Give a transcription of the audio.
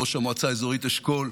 ראש המועצה האזורית אשכול,